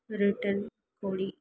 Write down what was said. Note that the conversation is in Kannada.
ರಿಟರ್ನ್ ಕೊಡಿ